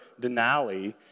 Denali